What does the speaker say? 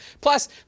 Plus